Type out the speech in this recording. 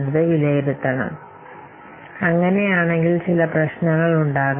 അത് സംഭവിക്കുകയാണെങ്കിൽ ചില പ്രശ്നങ്ങൾ ഉണ്ടാകാം